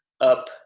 up